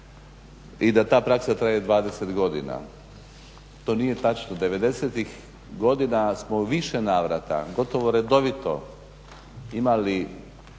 I da ta praksa traje 20 godina. To nije točno. '90.-ih godina smo u više navrata, gotovo redovito imali